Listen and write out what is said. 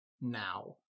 now